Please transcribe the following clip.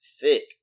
thick